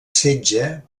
setge